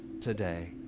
today